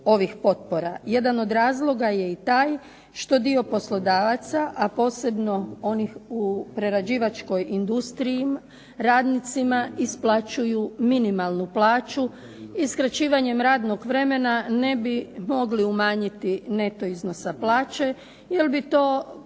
Jedan od razloga je i taj što dio poslodavaca, a posebno onih u prerađivačkoj industriji radnicima isplaćuju minimalnu plaću i skraćivanjem radnog vremena ne bi mogli umanjiti neto iznos plaće jer bi to